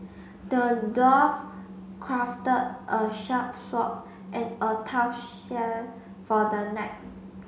the dwarf crafted a sharp sword and a tough shell for the knight